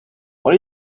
what